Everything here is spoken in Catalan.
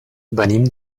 venim